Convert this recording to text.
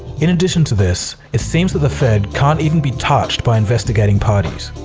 in addition to this, it seems that the fed can't even be touched by investigating parties.